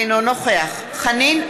אינו נוכח חנין זועבי,